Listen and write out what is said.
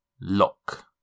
lock